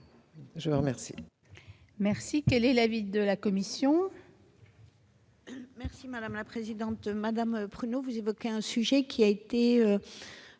Je vous remercie,